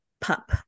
pup